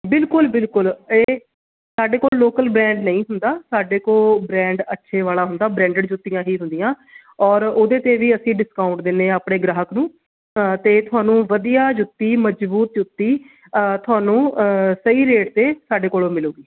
ਬਿਲਕੁਲ ਬਿਲਕੁਲ ਇਹ ਸਾਡੇ ਕੋਲ ਲੋਕਲ ਬਰਾਂਡ ਨਹੀਂ ਹੁੰਦਾ ਸਾਡੇ ਕੋਲ ਬ੍ਰੈਂਡ ਅੱਛੇ ਵਾਲਾ ਹੁੰਦਾ ਬ੍ਰੈਂਡਿਡ ਜੁੱਤੀਆਂ ਹੀ ਹੁੰਦੀਆਂ ਔਰ ਉਹਦੇ 'ਤੇ ਵੀ ਅਸੀਂ ਡਿਸਕਾਊਂਟ ਦਿੰਦੇ ਆ ਆਪਣੇ ਗ੍ਰਾਹਕ ਨੂੰ ਅਤੇ ਤੁਹਾਨੂੰ ਵਧੀਆ ਜੁੱਤੀ ਮਜ਼ਬੂਤ ਜੁੱਤੀ ਤੁਹਾਨੂੰ ਸਹੀ ਰੇਟ 'ਤੇ ਸਾਡੇ ਕੋਲੋਂ ਮਿਲੇਗੀ